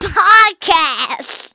podcast